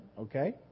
okay